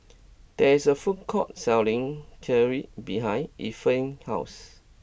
there is a food court selling Kheer behind Efren's house